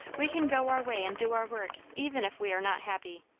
we can go our way and do our work, even if we are not happy.